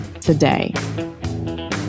today